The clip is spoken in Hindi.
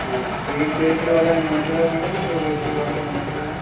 तो एक बैटरी वाला इन्वर्टर है मैडम दो बैटरी वाला इन्वर्टर है